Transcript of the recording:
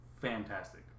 fantastic